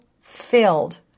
filled